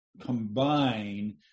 combine